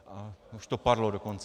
A už to padlo dokonce.